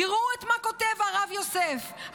תראו מה כותב הרב יוסף,